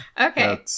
okay